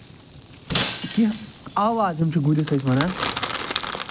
کیٚنٛہہ آواز یِم چھِ گُرِس أسۍ وَنان